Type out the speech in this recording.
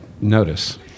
notice